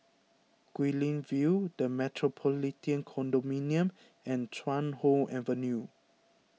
Guilin View the Metropolitan Condominium and Chuan Hoe Avenue